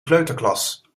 kleuterklas